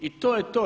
I to je to.